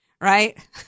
right